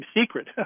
secret